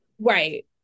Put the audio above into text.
right